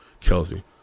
Kelsey